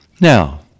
now